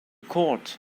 court